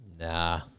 Nah